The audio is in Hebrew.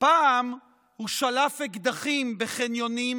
פעם הוא שלף אקדחים בחניונים,